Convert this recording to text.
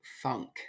funk